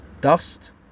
Dust